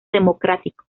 democrático